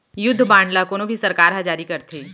युद्ध बांड ल कोनो भी सरकार ह जारी करथे